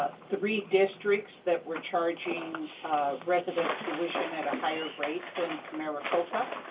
three districts that were charging resident tuition at a higher rate than maricopa.